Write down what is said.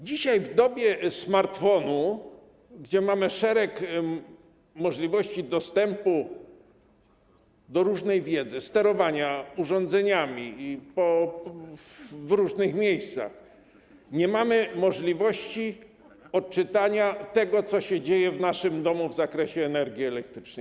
Dzisiaj, w dobie smartfonów, gdy mamy szereg możliwości dostępu do różnej wiedzy, sterowania urządzeniami w różnych miejscach, nie mamy możliwości odczytania tego, co się dzieje w naszym domu w zakresie energii elektrycznej.